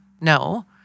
no